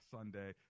Sunday